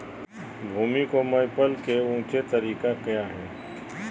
भूमि को मैपल के लिए ऊंचे तरीका काया है?